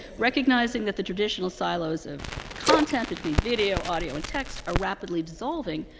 recognizing that the traditional silos of content between video, audio, and text are rapidly dissolving,